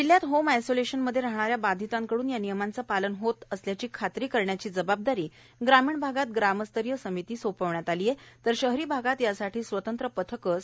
जिल्ह्यात होम आयसोलेशनमध्ये राहणाऱ्या बाधितांकडून या नियमांचे पालन होत असल्याची खात्री करण्याची जबाबदारी ग्रामीण भागात ग्रामस्तरीय समिती सोपविण्यात आली आहे तर शहरी भागात यासाठी स्वतंत्र पथके स्थापन करण्यात आली आहेत